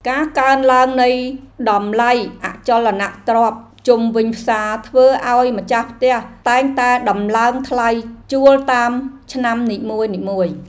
ការកើនឡើងនៃតម្លៃអចលនទ្រព្យជុំវិញផ្សារធ្វើឱ្យម្ចាស់ផ្ទះតែងតែដំឡើងថ្លៃជួលតាមឆ្នាំនីមួយៗ។